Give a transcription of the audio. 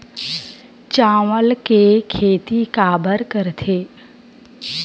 चावल के खेती काबर करथे?